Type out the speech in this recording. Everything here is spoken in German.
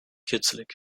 kitzelig